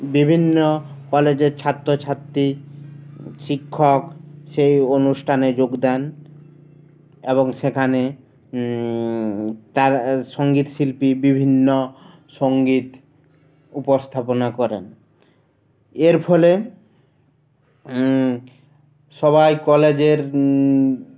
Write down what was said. বিভিন্ন কলেজের ছাত্রছাত্রী শিক্ষক সেই অনুষ্ঠানে যোগদান এবং সেখানে তারা সঙ্গীত শিল্পী বিভিন্ন সঙ্গীত উপস্থাপনা করেন এর ফলে সবাই কলেজের